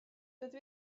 dydw